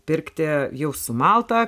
pirkti jau sumaltą